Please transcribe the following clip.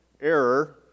error